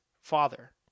Father